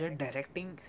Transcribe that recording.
directing